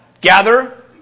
Gather